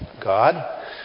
God